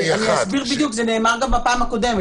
אז ניסחנו משהו שהיה אמור למה שתואר: